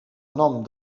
nom